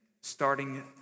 starting